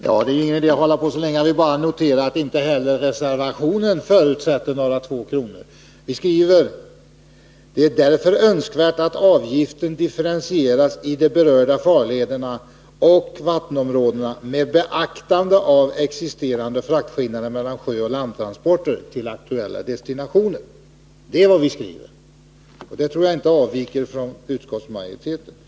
Herr talman! Det är ingen idé att debattera detta vidare. Jag vill bara notera att vi inte heller i reservationen förutsätter en avgift om två kronor. Vi skriver: ”Det är därför önskvärt att avgiften differentieras i de berörda farlederna och vattenområdena med beaktande av existerande fraktskillnader mellan sjöoch landtransporter till aktuella destinationer.” Det tror jag inte avviker från utskottsmajoritetens åsikt.